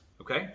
Okay